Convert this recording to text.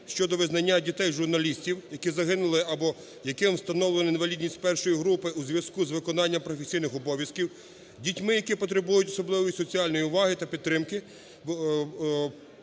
щодо визнання дітей журналістів, які загинули або яким установлено інвалідність 1 групи у зв'язку з виконанням професійних обов'язків, дітьми, які потребують особливої соціальної уваги та підтримки